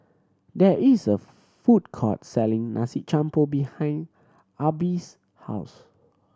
there is a food court selling Nasi Campur behind Arbie's house